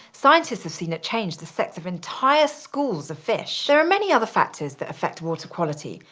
scientists have seen it change the sex of entire schools of fish! there are many other factors that affect water quality,